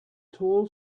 tall